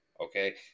okay